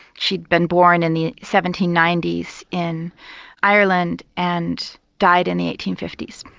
she'd been born in the seventeen ninety s in ireland and died in the eighteen fifty s.